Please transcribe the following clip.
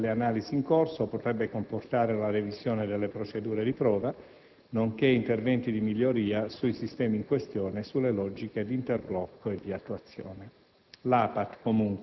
Il risultato delle analisi in corso potrebbe comportare la revisione delle procedure di prova nonché interventi di miglioria sui sistemi in questione e sulle logiche di interblocco e di attuazione.